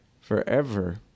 forever